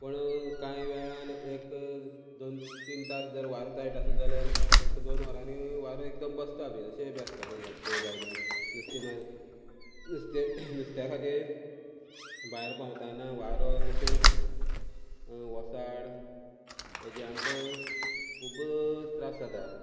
पूण कांय वेळान एक दोन तीन तास जर वारो तायट आसलो जाल्यार एक दोन वरांनी वारो एकदम बसता बी अशेंय बी आसता दर्यांतले भायले नुस्तें मार नुस्तें नुस्त्या खातीर भायर भोंवताना वारो तशेंच वोसाड हेंजे आमकां खुब्ब त्रास जाता